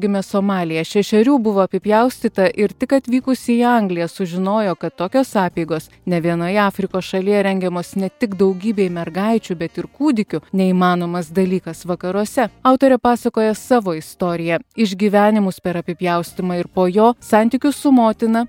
gimė somalyje šešerių buvo apipjaustyta ir tik atvykusi į angliją sužinojo kad tokios apeigos nė vienoje afrikos šalyje rengiamos ne tik daugybei mergaičių bet ir kūdikių neįmanomas dalykas vakaruose autorė pasakoja savo istoriją išgyvenimus per apipjaustymą ir po jo santykių su motina